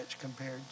compared